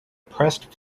pressed